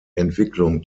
entwicklung